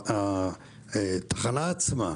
התחנה עצמה,